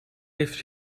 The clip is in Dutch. heeft